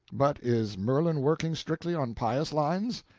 but is merlin working strictly on pious lines?